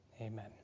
Amen